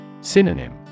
Synonym